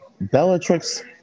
Bellatrix